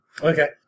Okay